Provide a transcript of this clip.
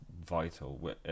vital